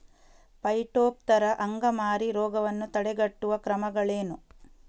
Phytophthora ಅಂಗಮಾರಿ ರೋಗವನ್ನು ತಡೆಗಟ್ಟುವ ಕ್ರಮಗಳೇನು?